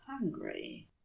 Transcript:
hungry